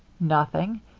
nothing.